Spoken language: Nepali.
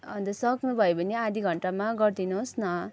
अन्त सक्नुभयो भने आधा घन्टामा गरिदिनुहोस् न